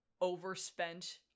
overspent